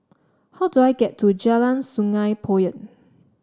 how do I get to Jalan Sungei Poyan